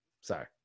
sorry